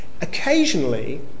Occasionally